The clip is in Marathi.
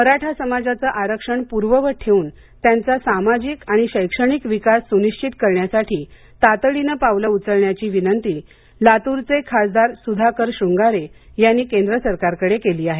मराठा समाजाचे आरक्षण पूर्ववत ठेवून त्यांचा सामाजिक आणि शैक्षणिक विकास सुनिश्चित करण्यासाठी तातडीन पावलं उचलण्याची विनंती लातूरचे खासदार सुधाकर शृंगारे यांनी केंद्र सरकारकडे केली आहे